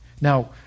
Now